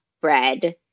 bread